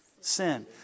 Sin